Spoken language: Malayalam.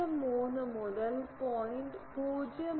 03 മുതൽ 0